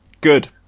good